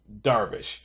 Darvish